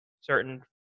certain